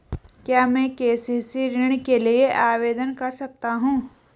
क्या मैं के.सी.सी ऋण के लिए आवेदन कर सकता हूँ?